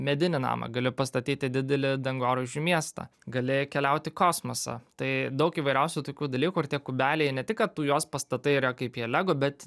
medinį namą gali pastatyti didelį dangoraižių miestą gali keliauti į kosmosą tai daug įvairiausių tokių dalykų ir tie kubeliai ne tik kad tu juos pastatai yra kaip jie lego bet